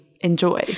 enjoy